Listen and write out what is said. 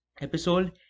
episode